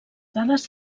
dades